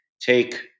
take